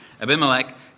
Abimelech